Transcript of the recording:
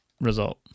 result